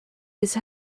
his